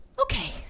Okay